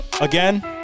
again